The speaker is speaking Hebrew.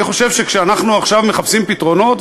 אני חושב שכשאנחנו עכשיו מחפשים פתרונות,